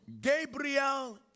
Gabriel